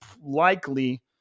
likely